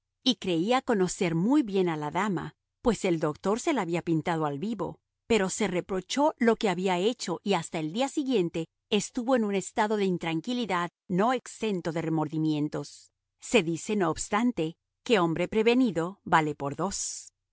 y creía conocer muy bien a la dama pues el doctor se la había pintado al vivo pero se reprochó lo que había hecho y hasta el día siguiente estuvo en un estado de intranquilidad no exento de remordimientos se dice no obstante que hombre prevenido vale por dos